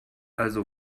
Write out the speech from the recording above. also